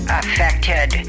affected